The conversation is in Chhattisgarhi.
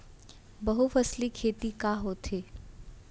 बहुफसली खेती का होथे?